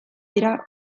dira